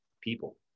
people